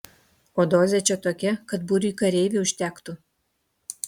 o dozė čia tokia kad būriui kareivių užtektų